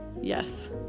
yes